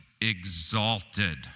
exalted